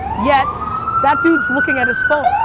yet that dude's looking at his phone.